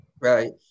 Right